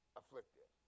afflicted